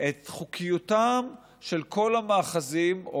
את חוקיותם של כל המאחזים הלא-מורשים,